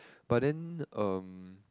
but then um